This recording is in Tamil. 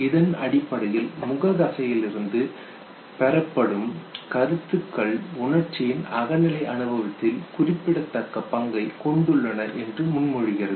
இதன் அடிப்படையில் முக தசையிலிருந்து பெறப்படும் கருத்துக்கள் உணர்ச்சியின் அகநிலை அனுபவத்தில் குறிப்பிடத்தக்க பங்கைக் கொண்டுள்ளன என்று முன்மொழிகிறது